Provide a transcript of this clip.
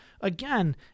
again